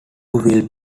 will